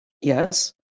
Yes